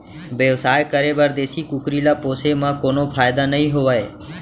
बेवसाय करे बर देसी कुकरी ल पोसे म कोनो फायदा नइ होवय